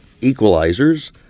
equalizers